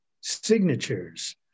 signatures